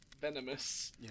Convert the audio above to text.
venomous